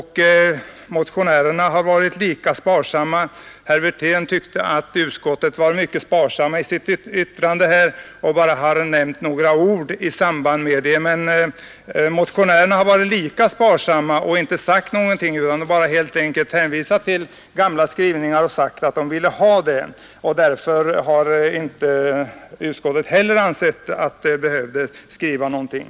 Herr Wirtén tyckte att utskottet har varit sparsamt i sitt yttrande och bara sagt några ord om detta. Men motionärerna har varit lika sparsamma och inte sagt någonting nytt utan hänvisat till gamla skrivningar. Därför har inte heller utskottet ansett sig behöva skriva utförligare.